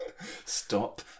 Stop